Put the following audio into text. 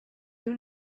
you